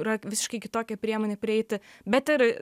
yra visiškai kitokia priemonė prieiti bet ir